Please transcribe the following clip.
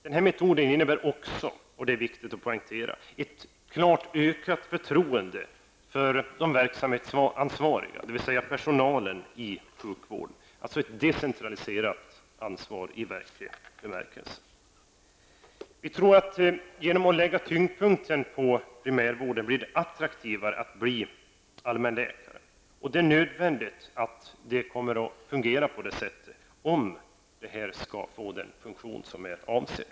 Den här metoden innebär också, vilket är viktigt att poängtera, ett klart ökat förtroende för de verksamhetsansvariga, dvs. personalen i sjukvården, alltså ett decentraliserat ansvar i verklig bemärkelse. Vi tror att man genom att lägga tyngdpunkten på primärvården gör det attraktivare att bli allmänläkare, vilket blir nödvändigt för att detta system skall fungera som avsett.